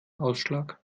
ausschlag